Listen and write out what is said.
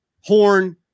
Horn